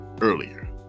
earlier